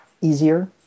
easier